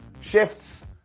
shifts